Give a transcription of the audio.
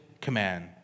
command